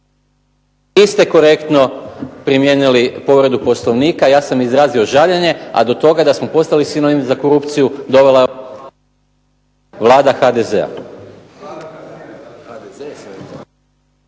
niste korektno primijenili povredu Poslovnika, ja sam izrazio žaljenje, a do toga da smo postali sinonim za korupciju dovela je